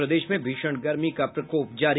और प्रदेश में भीषण गर्मी का प्रकोप जारी